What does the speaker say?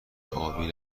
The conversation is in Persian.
ابی